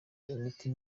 imiti